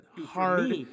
Hard